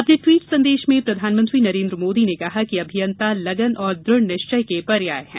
अपने ट्वीट संदेश में प्रधानमंत्री नरेन्द्र मोदी ने कहा कि अभियंता लगन और दुढ़ निश्चय के पर्याय है